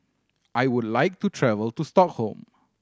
I would like to travel to Stockholm